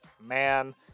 man